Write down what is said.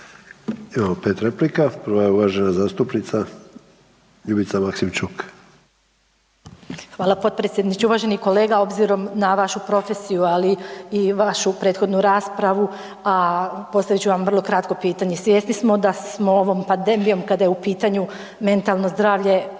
Imamo 5 replika. Prva je uvažena zastupnica Ljubica Maksimčuk. **Maksimčuk, Ljubica (HDZ)** Hvala potpredsjedniče. Uvaženi kolega obzirom na vašu profesiju, ali i vašu prethodnu raspravu, a postavit ću vam vrlo kratko pitanje, svjesni smo da smo ovom pandemijom kada je u pitanju mentalno zdravlje